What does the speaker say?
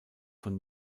von